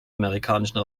amerikanischen